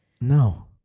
No